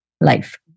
life